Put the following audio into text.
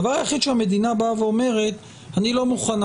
הדבר היחיד שהמדינה באה ואומרת זה שהיא לא מוכנה